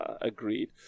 agreed